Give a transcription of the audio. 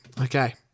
Okay